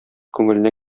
күңеленә